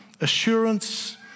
assurance